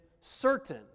certain